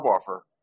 offer